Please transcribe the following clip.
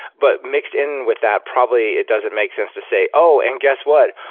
but mixed in with that, probably it doesn't make sense to say, oh! and guess what,